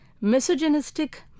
misogynistic